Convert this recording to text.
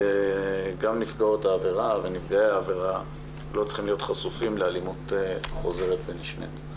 גם נפגעות ונפגעי העבירה לא צריכים להיות חשופים לאלימות חוזרת ונשנית.